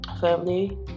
family